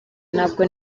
ntabwo